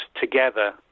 together